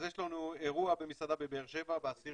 אז יש לנו אירוע במסעדה בבאר שבע ב-10